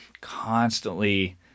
constantly